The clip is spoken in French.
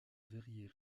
verrier